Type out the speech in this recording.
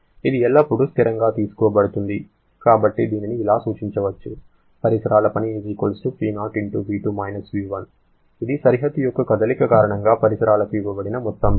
ఇది ఎల్లప్పుడూ స్థిరంగా తీసుకోబడుతుంది కాబట్టి దీనిని ఇలా సూచించవచ్చు పరిసరాల పని Po V2 − V1 ఇది సరిహద్దు యొక్క కదలిక కారణంగా పరిసరాలకు ఇవ్వబడిన మొత్తం పని